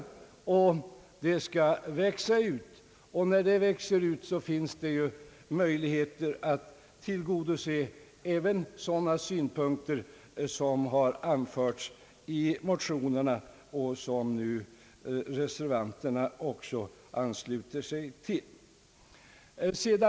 Institutet skall växa ut, och när det växer ut finns det möjlighet att tillgodose även sådana synpunkter som anförts i motionerna och som reservanterna anslutit sig till.